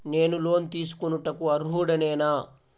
నేను లోన్ తీసుకొనుటకు అర్హుడనేన?